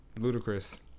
Ludicrous